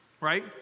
Right